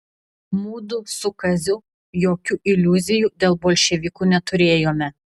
mudu su kaziu jokių iliuzijų dėl bolševikų neturėjome